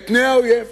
אל פני האויב.